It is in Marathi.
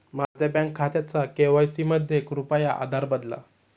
माझ्या बँक खात्याचा के.वाय.सी मध्ये कृपया आधार बदला